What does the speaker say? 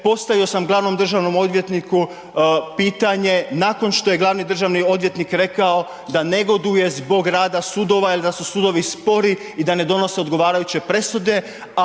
postavio sam glavnom državnom odvjetniku pitanje, nakon što je glavni državni odvjetnik rekao da negoduje zbog rada sudova jer da su sudovi spori i da ne donose odgovarajuće presude,